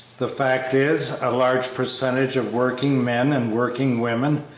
the fact is, a large percentage of working-men and working-women,